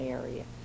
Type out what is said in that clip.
area